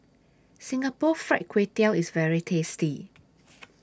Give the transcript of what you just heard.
Singapore Fried Kway Tiao IS very tasty